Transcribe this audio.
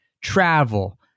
travel